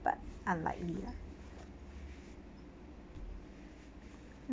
but unlikely lah